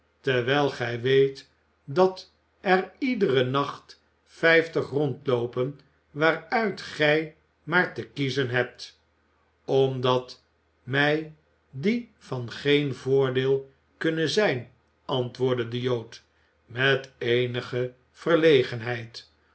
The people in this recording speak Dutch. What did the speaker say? terwijl gij weet dat er iederen nacht vijftig rondloopen waaruit gij maar te kiezen hebt omdat mij die van geen voordeel kunnen zijn antwoordde de jood met eenige